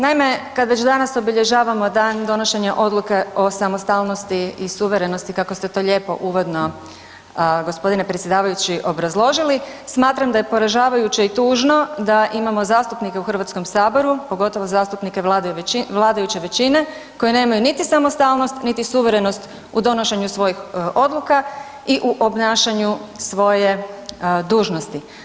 Naime, kad već danas obilježavamo dan donošenja odluke o samostalnosti i suverenosti, kako ste to lijepo uvodno, g. predsjedavajući, obrazložili, smatram da je poražavajuće i tužno da imamo zastupnike u HS-u, pogotovo zastupnike vladajuće većine, koji nemaju niti samostalnost, niti suverenost u donošenju svojih odluka i u obnašanju svoje dužnosti.